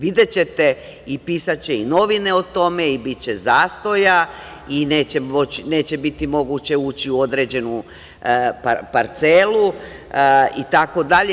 Videćete i pisaće i novine o tome i biće zastoja i neće biti moguće ući u određenu parcelu itd.